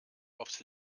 aufs